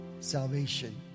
Salvation